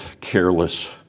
careless